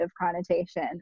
connotation